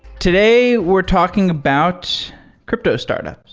today we're talking about crypto startups.